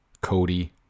Cody